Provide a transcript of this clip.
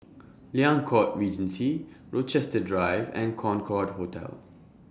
Liang Court Regency Rochester Drive and Concorde Hotel